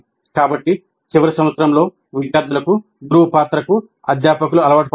కాబట్టి చివరి సంవత్సరంలో విద్యార్థులకు గురువు పాత్రకు అధ్యాపకులు అలవాటు పడ్డారు